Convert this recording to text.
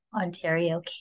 Ontario